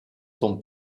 son